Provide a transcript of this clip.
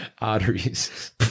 arteries